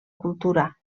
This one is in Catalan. cultura